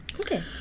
okay